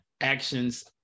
actions